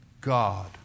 God